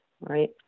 Right